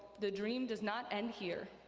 the dream does not end here.